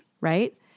Right